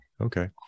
Okay